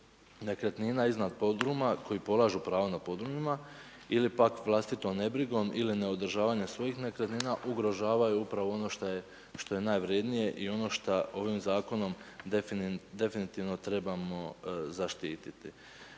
nekretnina iznad podruma koji polažu pravo na podrumima ili pak vlastitom nebrigom ili ne održavanja svojih nekretnina ugrožavaju upravo ono što je najvrednije i ono što ovim zakonom definitivno trebamo zaštititi.